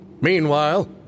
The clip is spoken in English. Meanwhile